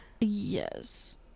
yes